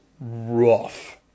rough